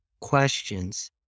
questions